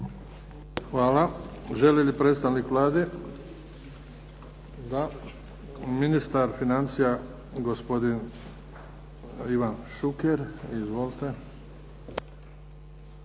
Hvala. Želi li predstavnik Vlade? Da. Ministar financija gospodin Ivan Šuker. Izvolite.